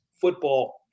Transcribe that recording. football